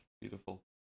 Beautiful